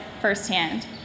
firsthand